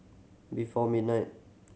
before midnight